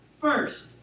First